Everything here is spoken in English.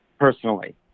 personally